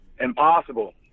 Impossible